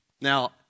Now